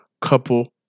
couple